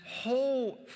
whole